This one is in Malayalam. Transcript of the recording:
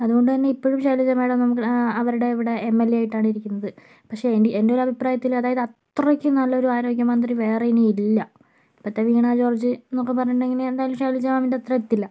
അതുകൊണ്ടുതന്നെ ഇപ്പോഴും ഷൈലജ മാഡം അവരുടെ അവിടെ എം എൽ എ ആയിട്ടാണ് ഇരിക്കുന്നത് പക്ഷെ എൻ്റെ എൻ്റെ ഒരു അഭിപ്രായത്തിൽ അതായത് അത്രക്കും നല്ല ഒരു ആരോഗ്യമന്ത്രി വേറെ ഇനി ഇല്ല ഇപ്പോഴത്തെ വീണ ജോർജ് എന്നൊക്കെ പറഞ്ഞിട്ടുണ്ടെങ്കിൽ എന്തായാലും ഷൈലജ മാമിൻ്റത്ര എത്തില്ല